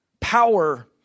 power